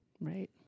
Right